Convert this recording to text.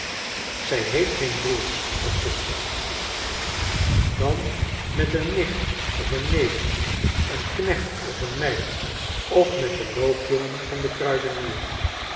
zij heeft geen broers of zusters dan met een nicht of een neef een knecht of een meid of met den loopjongen van den kruidenier